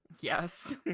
Yes